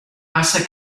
passa